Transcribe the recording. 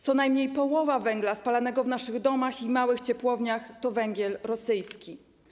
Co najmniej połowa węgla spalanego w naszych domach i małych ciepłowniach to węgiel rosyjski.